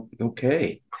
Okay